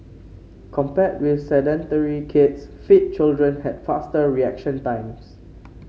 compared with sedentary kids fit children had faster reaction times